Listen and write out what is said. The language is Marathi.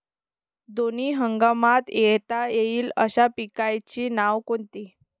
दोनी हंगामात घेता येईन अशा पिकाइची नावं कोनची?